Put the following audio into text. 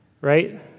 Right